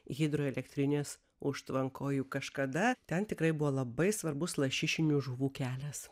hidroelektrinės užtvankoje kažkada ten tikrai buvo labai svarbus lašišinių žuvų kelias